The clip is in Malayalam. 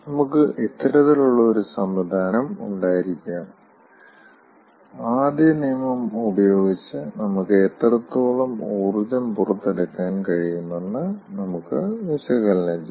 നമുക്ക് ഇത്തരത്തിലുള്ള ഒരു സംവിധാനം ഉണ്ടായിരിക്കാം ആദ്യ നിയമം ഉപയോഗിച്ച് നമുക്ക് എത്രത്തോളം ഊർജ്ജം പുറത്തെടുക്കാൻ കഴിയുമെന്ന് നമുക്ക് വിശകലനം ചെയ്യാം